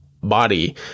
body